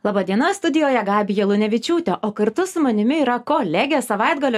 laba diena studijoje gabija lunevičiūtė o kartu su manimi yra kolegė savaitgalio